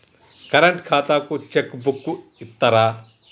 Current ఖాతాకు cheque book ఇత్తరా?